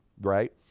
right